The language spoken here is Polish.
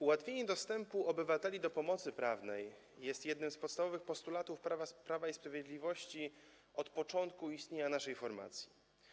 Ułatwienie dostępu obywateli do pomocy prawnej jest jednym z podstawowych postulatów Prawa i Sprawiedliwości od początku istnienia naszej formacji.